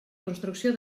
construcció